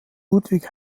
ludwig